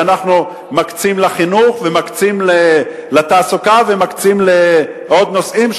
שאנחנו מקצים לחינוך ומקצים לתעסוקה ומקצים לעוד נושאים,